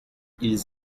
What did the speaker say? ils